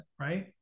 Right